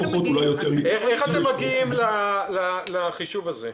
איך אתם מגיעים לחישוב הזה?